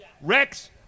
Rex